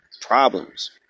problems